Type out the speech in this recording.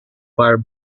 fire